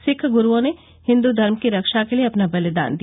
सिख गुरूओं ने हिन्दू धर्म की रक्षा करने के लिए अपना बलिदान दिया